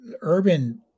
urban